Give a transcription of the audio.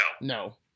No